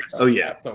so yeah. so